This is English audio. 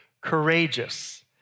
Courageous